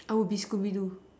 I would be scooby-doo